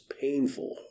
painful